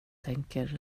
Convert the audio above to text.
tänker